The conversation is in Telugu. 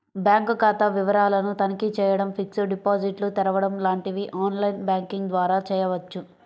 బ్యాంక్ ఖాతా వివరాలను తనిఖీ చేయడం, ఫిక్స్డ్ డిపాజిట్లు తెరవడం లాంటివి ఆన్ లైన్ బ్యాంకింగ్ ద్వారా చేయవచ్చు